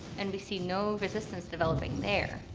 and we see no resistance developing there.